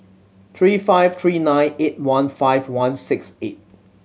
three five three nine eight one five one six eight